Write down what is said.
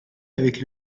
avec